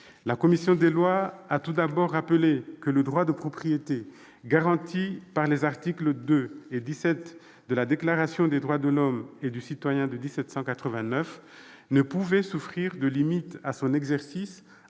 de propriété. Elle a tout d'abord rappelé que le droit de propriété, garanti par les articles II et XVII de la Déclaration des droits de l'homme et du citoyen de 1789, ne pouvait souffrir de limites à son exercice,